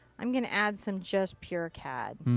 i'm going to add some just pure cad.